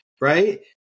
right